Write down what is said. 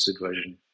version